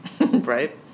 Right